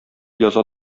яза